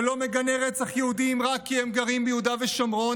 שלא מגנה רצח יהודים רק כי הם גרים ביהודה ושומרון,